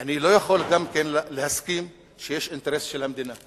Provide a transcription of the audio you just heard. אני לא יכול גם להסכים שיש אינטרס של המדינה,